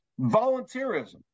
volunteerism